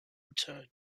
return